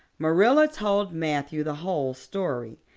marilla told matthew the whole story,